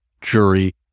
jury